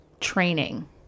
training